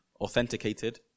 authenticated